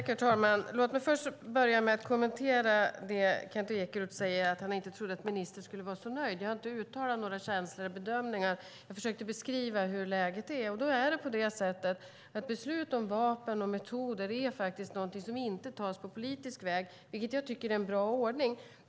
Herr talman! Kent Ekeroth säger att han inte trodde att ministern skulle vara så nöjd. Men jag har inte uttryckt några känslor eller bedömningar. Jag försökte beskriva hur läget är. Beslut om vapen och metoder är någonting som inte fattas på politisk väg, vilket jag tycker är en bra ordning.